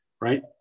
Right